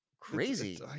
Crazy